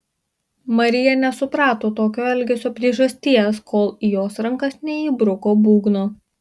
marija nesuprato tokio elgesio priežasties kol į jos rankas neįbruko būgno